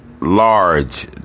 large